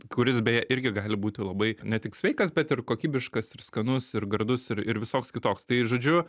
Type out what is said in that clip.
kuris beje irgi gali būti labai ne tik sveikas bet ir kokybiškas ir skanus ir gardus ir ir visoks kitoks tai žodžiu